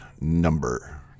number